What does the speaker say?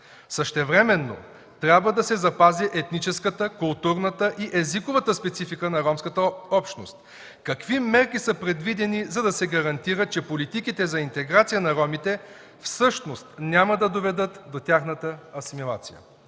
Същевременно трябва да се запази етническата, културната и езиковата специфика на ромската общност. Какви мерки са предвидени, за да се гарантира, че политиките за интеграция на ромите всъщност няма да доведат до тяхната асимилация?